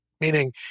meaning